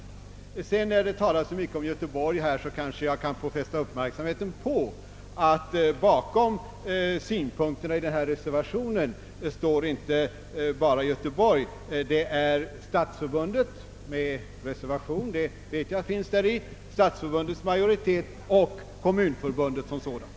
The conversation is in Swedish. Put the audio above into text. Med anledning av att det talas så mycket om Göteborg kanske jag kan få fästa uppmärksamheten på att bakom synpunkterna i reservationen står inte bara ledamöter från Göteborg utan även Stadsförbundets majoritet — jag vet att där har anförts en reservation — och Kommunförbundet som sådant.